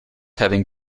having